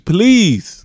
Please